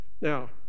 now